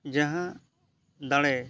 ᱡᱟᱦᱟᱸ ᱫᱟᱲᱮ